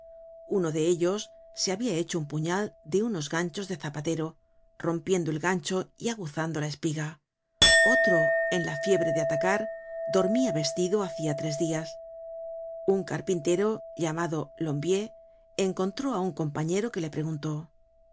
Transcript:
uno de ellos se habia hecho un puñal de unos ganchos de zapatero rompiendo el gancho'y aguzando la espiga otro en la fiebre de atacar dormía vestido hacia tres dias un carpintero llamado lombier encontró á un compañero que le preguntó